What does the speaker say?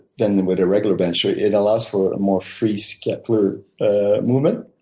than with a regular bench. it it allows for a more free scapular movement.